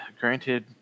granted